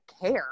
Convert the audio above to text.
care